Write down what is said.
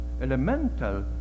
elemental